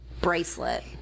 bracelet